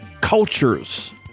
cultures